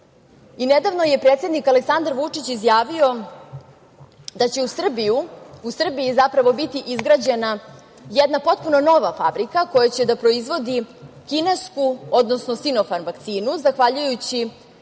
nedavno je predsednik Aleksandar Vučić izjavio da će u Srbiji biti izgrađena jedna potpuno nova fabrika koja će da proizvodi kinesku, odnosno "Sinofarm" vakcinu, zahvaljujući